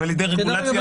על-ידי רגולציה לא זהירה.